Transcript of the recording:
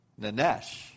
Nanesh